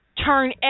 Turn